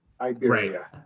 iberia